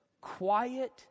Quiet